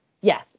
yes